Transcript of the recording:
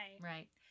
Right